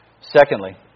Secondly